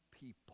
people